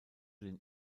den